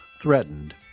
threatened